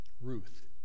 Ruth